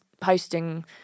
posting